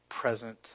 present